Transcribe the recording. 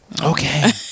Okay